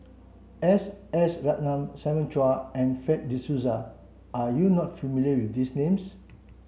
S S Ratnam Simon Chua and Fred de Souza are you not familiar with these names